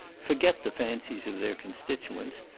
forget the fancies of their constituents,